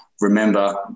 Remember